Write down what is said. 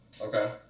okay